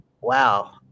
wow